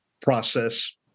process